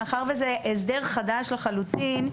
מאחר וזה הסדר חדש לחלוטין,